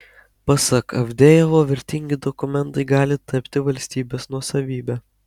pasak avdejevo vertingi dokumentai gali tapti valstybės nuosavybe